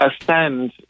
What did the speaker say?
ascend